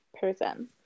person